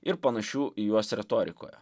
ir panašių į juos retorikoje